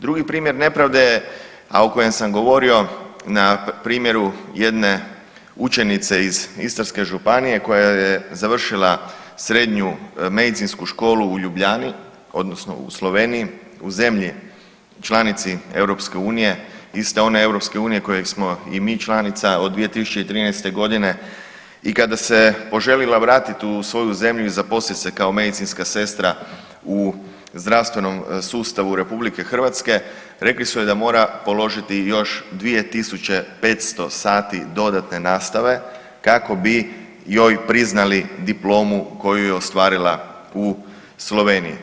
Drugi primjer nepravde je, a o kojem sam govorio na primjeru jedne učenice iz Istarske županije koja je završila srednju medicinsku školu u Ljubljani odnosno u Sloveniji u zemlji članici EU iste one EU koje smo i mi članica od 2013.g. i kada se poželila vratiti u svoju zemlju i zaposliti se kao medicinska sestra u zdravstvenom sustavu RH rekli su joj da mora položiti još 2500 sati dodatne nastave kako bi joj priznali diplomu koju je ostvarila u Sloveniji.